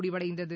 முடிவடைந்தது